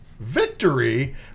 victory